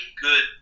good